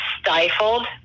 stifled